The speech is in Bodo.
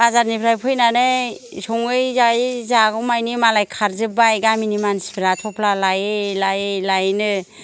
बाजारनिफ्राय फैनानै सङै जायै जागौमानि मालाय खारजोब्बाय गामिनि मानसिफ्रा थफ्ला लायै लायै लायैनो